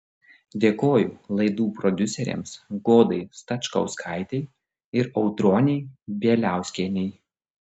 dėkoju laidų prodiuserėms godai skačkauskaitei ir audronei bieliauskienei